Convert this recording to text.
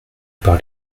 par